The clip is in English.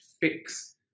fix